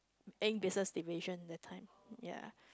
ink business division that time ya